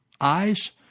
eyes